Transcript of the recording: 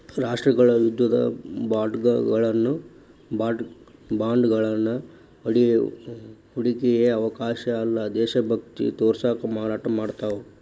ರಾಷ್ಟ್ರಗಳ ಯುದ್ಧದ ಬಾಂಡ್ಗಳನ್ನ ಹೂಡಿಕೆಯ ಅವಕಾಶ ಅಲ್ಲ್ದ ದೇಶಭಕ್ತಿ ತೋರ್ಸಕ ಮಾರಾಟ ಮಾಡ್ತಾವ